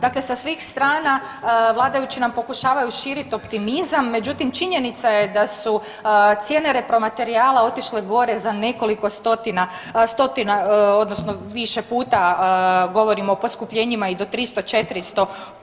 Dakle, sa svih strana vladajući nam pokušavaju širiti optimizam, međutim činjenica je da su cijene repromaterijala otišle gore za nekoliko stotina, stotina odnosno više puta govorim o poskupljenjima i do 300, 400%